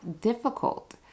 difficult